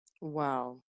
Wow